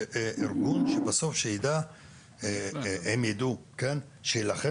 איזה שהוא ארגון שבסוף שהם יידעו שהוא ילחם